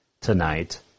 tonight